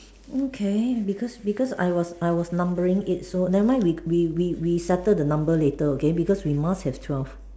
mm okay because because I was I was numbering it so never mind we we we we settle the number later okay because we must have twelve